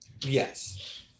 Yes